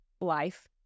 life